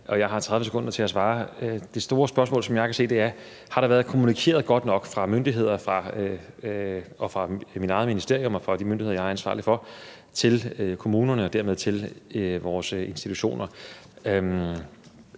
jeg har 30 sekunder til at svare. Det store spørgsmål, som jeg kan se, er, om der har været kommunikeret godt nok fra myndighederne, fra mit eget ministerium og fra de myndigheder, som jeg er ansvarlig for, til kommunerne og dermed til vores institutioner.